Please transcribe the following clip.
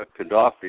Gaddafi